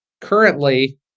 currently